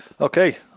Okay